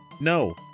No